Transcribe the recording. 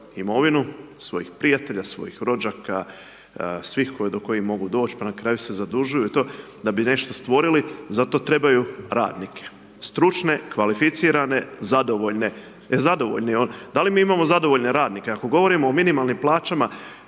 imovinu, svojih prijatelja, svojih rođaka svih do kojih mogu doći, pa na kraju se zadužuju i to da bi nešto stvorili zato trebaju radnike, stručne, kvalificirane, zadovoljne. Da li mi imamo zadovoljne radnike? Ako govorimo o minimalnim plaćama,